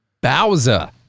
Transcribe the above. Bowser